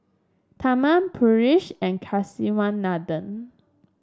Tharman Peyush and Kasiviswanathan